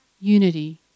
unity